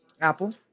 Apple